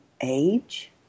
age